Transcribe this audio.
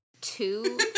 two